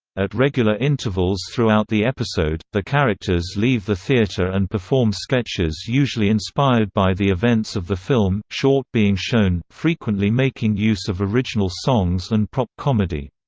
at regular intervals throughout the episode, the characters leave the theater and perform sketches usually inspired by the events of the film short being shown, frequently making use of original songs and prop comedy.